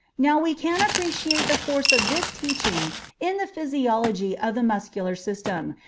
now we can appreciate the force of this teaching in the physiology of the muscular system,